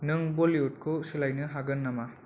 नों बलिउडखौ सोलायनो हागोन नामा